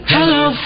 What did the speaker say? Hello